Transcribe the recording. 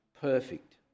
perfect